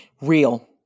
Real